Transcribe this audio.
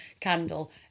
candle